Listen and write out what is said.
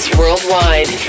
worldwide